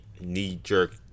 knee-jerk